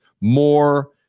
more